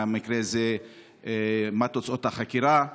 מה תוצאות החקירה?